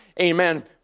Amen